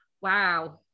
wow